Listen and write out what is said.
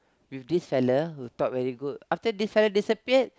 with this fella will talk very good after this fella disappeared